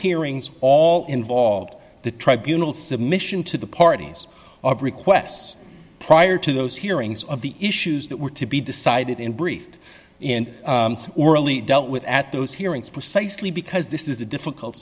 hearings all involved the tribunals submission to the parties of requests prior to those hearings of the issues that were to be decided in brief in orally dealt with at those hearings precisely because this is a difficult